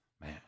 man